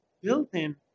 built-in